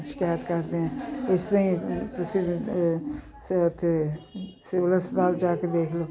ਸ਼ਿਕਾਇਤ ਕਰਦੇ ਹਾਂ ਇਸ ਤਰ੍ਹਾਂ ਹੀ ਸਿਵਲ ਓੱਥੇ ਸਿਵਲ ਹਸਪਤਾਲ ਜਾ ਕੇ ਦੇਖ ਲਓ